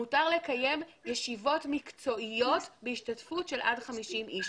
מותר לקיים ישיבות מקצועיות בהשתתפות של עד 50 אנשים.